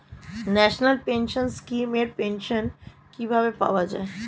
National pension scheme এর pension কিভাবে পাওয়া যায়?